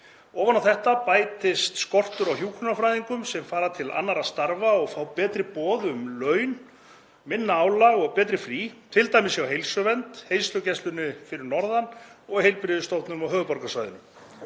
Ofan á þetta bætist skortur á hjúkrunarfræðingum sem fara til annarra starfa og fá betri boð um laun, minna álag og betri frí, t.d. hjá Heilsuvernd, heilsugæslunni fyrir norðan og heilbrigðisstofnunum á höfuðborgarsvæðinu.